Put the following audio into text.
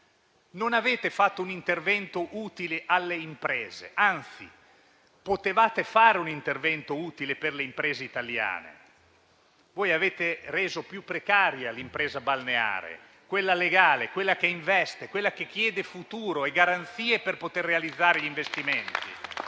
Non avete fatto un intervento utile alle imprese; anzi, potevate fare un intervento utile alle imprese italiane, ma avete reso più precaria l'impresa balneare, quella legale, quella che investe, quella che chiede futuro e garanzie per poter realizzare gli investimenti.